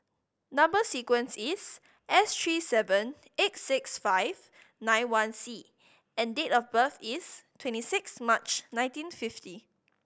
number sequence is S three seven eight six five nine one C and date of birth is twenty six March nineteen fifty